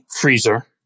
freezer